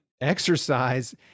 Exercise